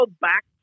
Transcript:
back